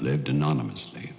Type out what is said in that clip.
lived anonymously